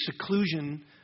seclusion